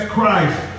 Christ